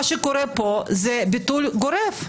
מה שקורה פה, זה ביטול גורף.